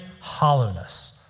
hollowness